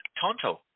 Tonto